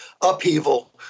upheaval